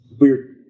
Weird